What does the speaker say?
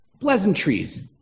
pleasantries